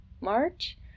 March